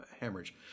hemorrhage